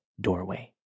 doorway